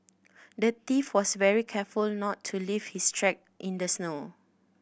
the thief was very careful not to leave his track in the snow